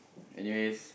anyways